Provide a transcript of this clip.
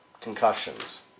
concussions